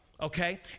okay